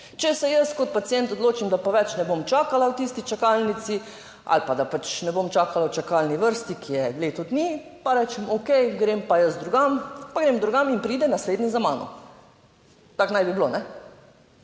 Če se jaz kot pacient odločim, da pa več ne bom čakala v tisti čakalnici, ali pa, da pač ne bom čakala v čakalni vrsti, ki je leto dni, pa rečem, okej, grem pa jaz drugam, pa grem drugam in pride naslednji za mano. Tako naj bi bilo, po